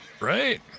right